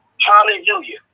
hallelujah